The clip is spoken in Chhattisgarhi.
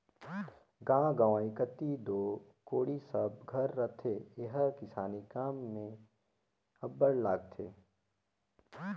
गाँव गंवई कती दो कोड़ी सब घर रहथे एहर किसानी काम मे अब्बड़ लागथे